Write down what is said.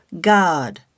God